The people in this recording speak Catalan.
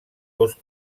dos